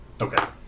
Okay